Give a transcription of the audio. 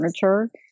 furniture